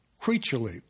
creaturely